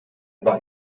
war